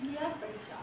படிச்சா:padichaa